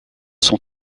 sont